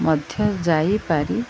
ମଧ୍ୟ ଯାଇପାରି